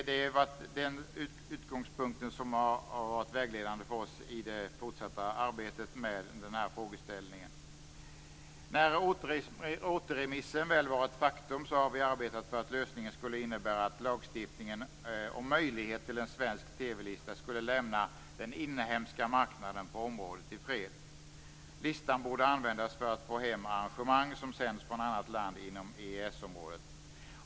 Det är den utgångspunkten som har varit vägledande för oss i det fortsatta arbetet med frågan. Sedan återremissen väl var ett faktum har vi arbetat för att lösningen skulle innebära att lagstiftningen om möjlighet till en svensk TV-lista skulle lämna den inhemska marknaden på området i fred. Listan borde användas för att få hem arrangemang som sänds från annat land inom EES-området.